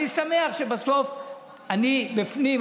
אני שמח שבסוף אני בפנים,